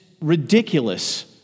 ridiculous